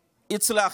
הצלחתם,